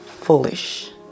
foolish